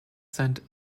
saint